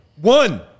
One